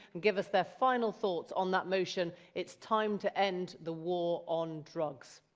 and give us their final thoughts on that motion. it's time to end the war on drugs.